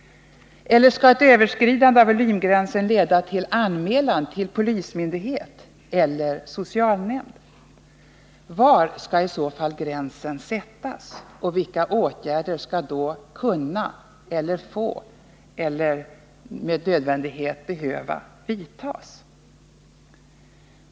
Eller skall ett överskridande av volymgränsen leda till anmälan till polismyndighet eller socialnämnd? Var skall i så fall gränsen sättas och vilka åtgärder skall då få eller böra vidtas?